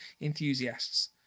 enthusiasts